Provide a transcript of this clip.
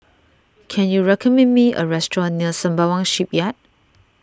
can you recommend me a restaurant near Sembawang Shipyard